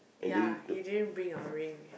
ya you didn't bring your ring